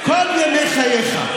כל ימי חייך,